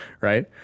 right